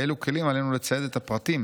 באילו כלים עלינו לצייד את הפרטים